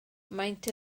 maent